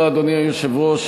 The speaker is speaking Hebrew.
אדוני היושב-ראש,